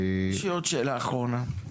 יש לי עוד שאלה אחרונה.